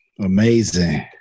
Amazing